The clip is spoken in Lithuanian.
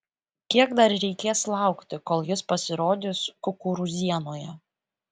kiek dar reikės laukti kol jis pasirodys kukurūzienoje